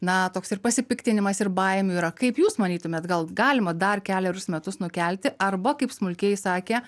na toks ir pasipiktinimas ir baimių yra kaip jūs manytumėt gal galima dar kelerius metus nukelti arba kaip smulkieji sakė